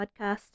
Podcast